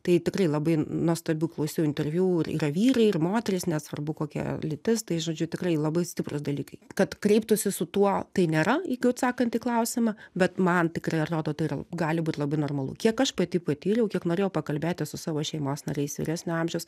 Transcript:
tai tikrai labai nuostabių klausiau interviu yra vyrai ir moterys nesvarbu kokia lytis tai žodžiu tikrai labai stiprūs dalykai kad kreiptųsi su tuo tai nėra jeigu atsakant į klausimą bet man tikrai atrodo tai yra gali būt labai normalu kiek aš pati patyriau kiek norėjau pakalbėti su savo šeimos nariais vyresnio amžiaus